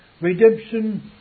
Redemption